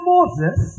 Moses